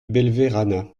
belverana